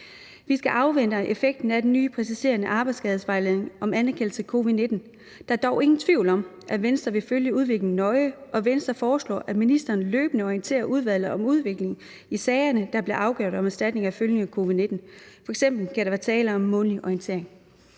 Vi skal afvente effekten af den nye præciserende arbejdsskadesvejledning om anerkendelse af covid-19. Der er dog ingen tvivl om, at Venstre vil følge udviklingen nøje, og Venstre foreslår, at ministeren løbende orienterer udvalget om udviklingen i de sager om erstatning for følgerne af covid-19, der bliver afgjort. F.eks. kan der være tale om en månedlig orientering.